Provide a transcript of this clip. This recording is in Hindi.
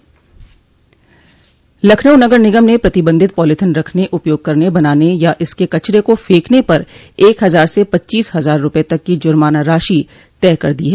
लखनऊ नगर निगम ने प्रतिबंधित पॉलिथीन रखने उपयोग करने बनाने या इसके कचरे को फेंकने पर एक हजार से पच्चीस हजार रूपये तक की जुर्माना राशि तय कर दी है